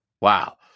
Wow